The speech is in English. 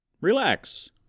Relax